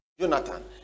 Jonathan